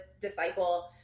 Disciple